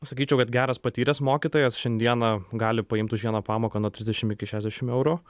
sakyčiau kad geras patyręs mokytojas šiandieną gali paimt už vieną pamoką nuo trisdešim iki šešdešim eurų